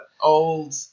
old